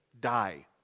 die